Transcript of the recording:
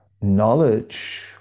knowledge